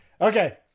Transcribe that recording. Okay